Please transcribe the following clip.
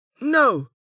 No